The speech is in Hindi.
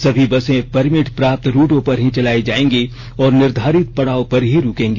सभी बसें परमिट प्राप्त रूटों पर ही चलाई जाएगी और निर्धारित पड़ाव पर ही रुकेंगी